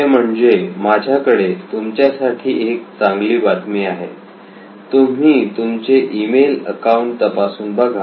खरे म्हणजे माझ्याकडे तुमच्यासाठी एक चांगली बातमी आहे तुम्ही तुमचे ई मेल अकाउंट तपासून बघा